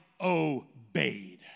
obeyed